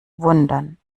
wundern